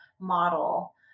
model